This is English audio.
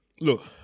Look